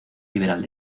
liberal